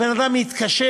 הבן-אדם מתקשר.